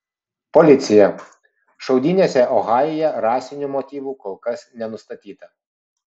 policija šaudynėse ohajuje rasinių motyvų kol kas nenustatyta